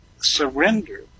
surrender